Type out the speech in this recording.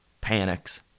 panics